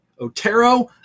Otero